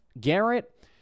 Garrett